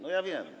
No ja wiem.